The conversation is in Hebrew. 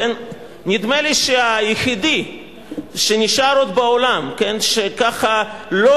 נדמה לי שהיחידי שנשאר עוד בעולם שככה לא